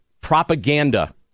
Propaganda